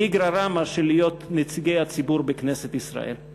לאיגרא רמה של להיות נציגי הציבור בכנסת ישראל,